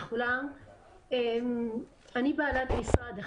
הם בחל"ת עם